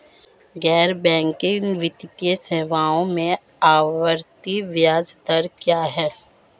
गैर बैंकिंग वित्तीय सेवाओं में आवर्ती ब्याज दर क्या है?